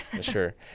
Sure